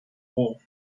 wall